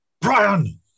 Brian